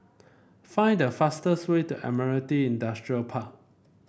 find the fastest way to Admiralty Industrial Park